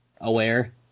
aware